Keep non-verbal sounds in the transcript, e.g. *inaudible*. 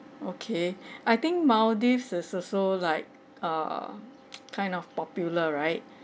okay I think maldives is also like err *noise* kind of popular right